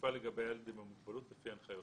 ויפעל לגבי הילד עם המוגבלות לפי הנחיותיו.